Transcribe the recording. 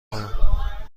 کنم